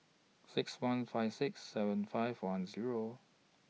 six one five six seven five one Zero